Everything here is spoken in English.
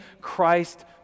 Christ